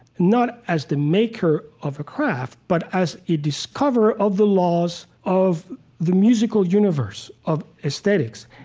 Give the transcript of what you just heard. not as the maker of a craft, but as a discoverer of the laws of the musical universe, of aesthetics.